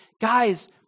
Guys